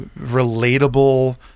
relatable